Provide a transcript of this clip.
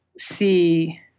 see